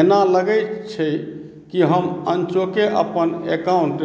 एना लगैत छै कि हम अनचोके अपन अकाउंट